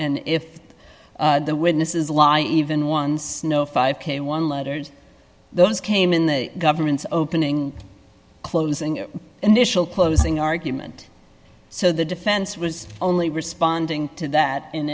and if the witnesses lie even one snow five k one letters those came in the government's opening closing initial closing argument so the defense was only responding to that